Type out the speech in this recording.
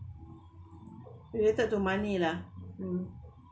related to money lah mm